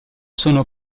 sono